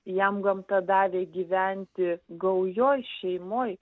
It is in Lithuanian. jam gamta davė gyventi gaujoj šeimoj